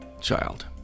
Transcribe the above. child